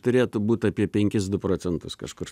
turėtų būt apie penkis du procentus kažkur